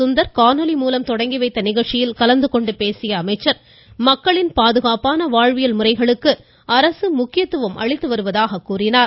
சுந்தர் காணொலி மூலம் தொடங்கி வைத்த நிகழ்ச்சியில் கலந்து கொண்டு பேசிய அமைச்சர் மக்களின் பாதுகாப்பான வாழ்வியல் முறைகளுக்கு அரசு முக்கியத்துவம் அளித்து வருவதாக கூறினார்